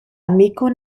amiko